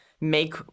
make